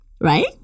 right